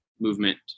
movement